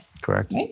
Correct